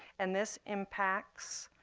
and this impacts